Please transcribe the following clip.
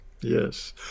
yes